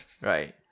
Right